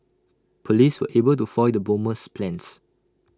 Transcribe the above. Police were able to foil the bomber's plans